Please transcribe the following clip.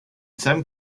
some